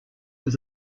were